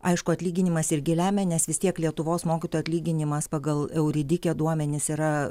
aišku atlyginimas irgi lemia nes vis tiek lietuvos mokytojų atlyginimas pagal euridikę duomenis yra